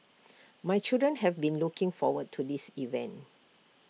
my children have been looking forward to this event